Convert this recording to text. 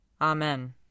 Amen